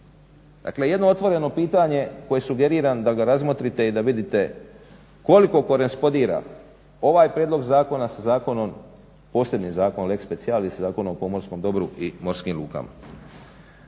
Dakle, jedno otvoreno pitanje koje sugeriram da ga razmotrite i da vidite koliko korespondira ovaj prijedlog zakona sa posljednjim zakonom leg specialis, Zakonom o pomorskom dobru i morskim lukama.